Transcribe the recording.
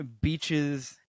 beaches